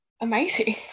amazing